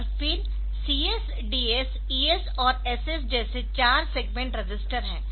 और फिर CS DS ES और SS जैसे चार सेगमेंट रजिस्टर है